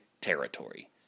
territory